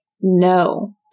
No